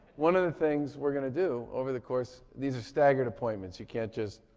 one of the things we're going to do over the course. these are staggered appointments, you can't just.